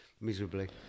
Miserably